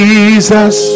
Jesus